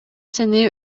сени